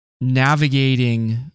navigating